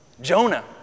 Jonah